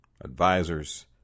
advisors